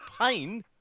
pain